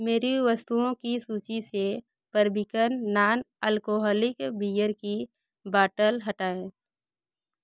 मेरी वस्तुओं की सूची से बरबीकन नॉन अल्कोहलिक बीयर की बाटल हटाएँ